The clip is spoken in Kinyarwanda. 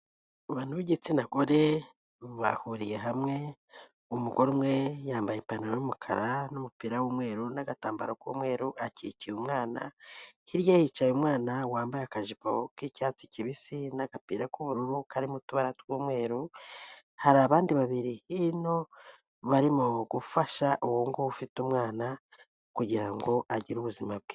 Abantu b'igitsina gore bahuriye hamwe umugore umwe yambaye ipantaro y'umukara n'umupira w'umweru n'agatambaro k'umweru akikiye umwana, hirya ye hicaye umwana wambaye akajipo k'icyatsi kibisi n'agapira k'ubururu karimo utubara tw'umweru, hari abandi babiri hino barimo gufasha uwo nguwo ufite umwana kugira ngo agire ubuzima bwiza.